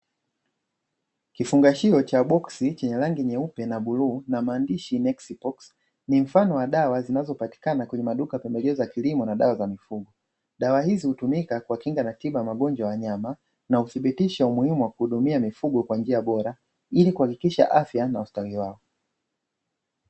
Kifungashio cha boksi chenye rangi nyeupe na bluu na maandishi "NEXIPOX", ni mfano wa dawa zinazopatikana kwenye maduka ya pembejeo za kilimo na dawa za mifugo. Dawa hizi hutumika kwa kinga na tiba ya wagonjwa ya wanyama, na kuthibitisha umuhimu wa kuhudumia mifugo kwa njia bora, ili kuhakikisha afya na ustawi wao.